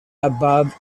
above